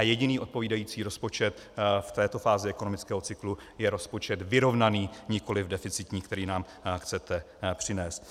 A jediný odpovídající rozpočet v této fázi ekonomického cyklu je rozpočet vyrovnaný, nikoli deficitní, který nám chcete přinést.